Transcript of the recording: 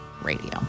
radio